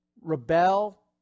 rebel